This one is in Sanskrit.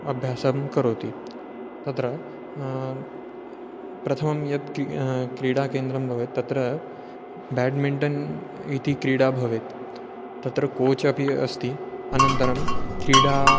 अभ्यासं करोति तत्र प्रथमं यत् य क्रीडाकेन्द्रं भवेत् तत्र बेड्मिण्टन् इति क्रीडा भवेत् तत्र कोच् अपि अस्ति अनन्तरं क्रीडा